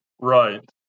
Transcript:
Right